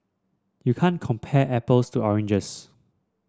you can't compare apples to oranges